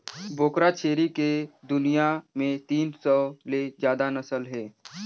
बोकरा छेरी के दुनियां में तीन सौ ले जादा नसल हे